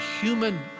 human